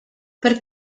per